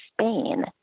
Spain